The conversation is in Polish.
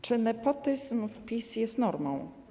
Czy nepotyzm w PiS jest normą?